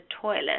toilet